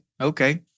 okay